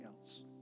else